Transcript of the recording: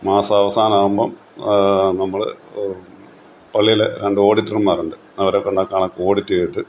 മാസാവസാനമാവുമ്പോള് നമ്മള് പള്ളിയിലെ രണ്ടോഡിറ്റര്മാരുണ്ട് അവരെ കൊണ്ട് ആ കണക്ക് ഓഡിറ്റെയ്തിട്ട്